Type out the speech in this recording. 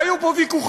והיו פה ויכוחים,